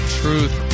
truth